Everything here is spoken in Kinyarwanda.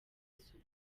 isuku